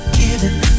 giving